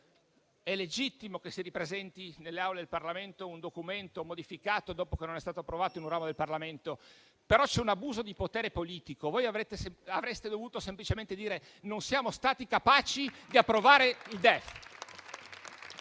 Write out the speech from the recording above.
è legittimo che si ripresenti nelle Aule del Parlamento un Documento modificato dopo che non è stato approvato in un ramo del Parlamento, però c'è un abuso di potere politico. Voi avreste dovuto semplicemente dire che non siete stati capaci di approvare il DEF.